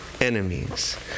enemies